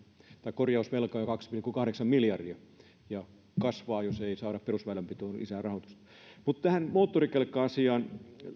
korjausvelka on jo kaksi pilkku kahdeksan miljardia ja kasvaa jos ei saada perusväylänpitoon lisää rahoitusta mutta tähän moottorikelkka asiaan